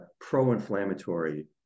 pro-inflammatory